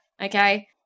okay